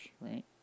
right